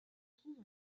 trouve